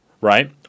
right